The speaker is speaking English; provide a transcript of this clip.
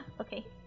okay